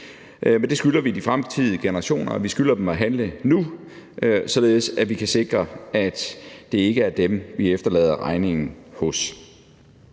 men det skylder vi de fremtidige generationer, og vi skylder dem at handle nu, således at vi kan sikre, at det ikke er dem, vi efterlader regningen hos.